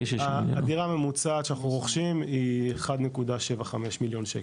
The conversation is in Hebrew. הדירה הממוצעת שאנחנו רוכשים היא 1.75 מיליון שקל,